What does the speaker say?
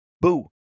Boo